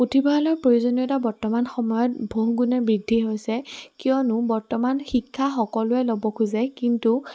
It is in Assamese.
পুথিভঁৰালৰ প্ৰয়োজনীয়তা বৰ্তমান সময়ত বহু গুণে বৃদ্ধি হৈছে কিয়নো বৰ্তমান শিক্ষা সকলোৱে ল'ব খোজে কিন্তু